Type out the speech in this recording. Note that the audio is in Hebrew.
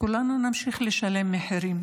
כולנו נמשיך לשלם מחירים.